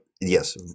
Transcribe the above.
Yes